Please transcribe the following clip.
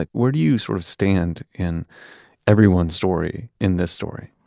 like where do you sort of stand in everyone's story in this story?